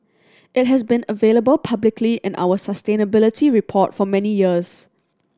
it has been available publicly in our sustainability report for many years